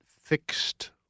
fixed